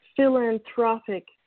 philanthropic